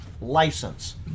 license